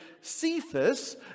Cephas